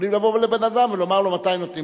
יכולים לבוא לבן-אדם ולומר לו מתי נותנים